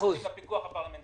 תמיד בוועדה יש ויכוח בין משרד